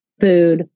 food